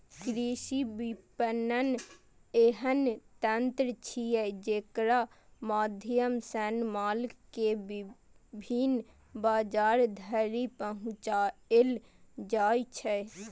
कृषि विपणन एहन तंत्र छियै, जेकरा माध्यम सं माल कें विभिन्न बाजार धरि पहुंचाएल जाइ छै